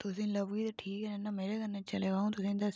तुसें लब्भगी तां ठीक ऐ नेईं तां मेरे कन्नै चलेओ अ'ऊं तुसें गी दस्सगी